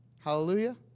Hallelujah